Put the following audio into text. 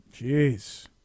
Jeez